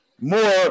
more